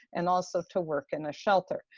and also to work in a shelter.